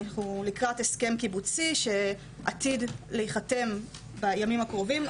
אנחנו לקראת הסכם קיבוצי שעתיד להיחתם בימים הקרובים,